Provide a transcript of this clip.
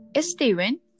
Steven